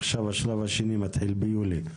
עכשיו השלב השני מתחיל ביולי.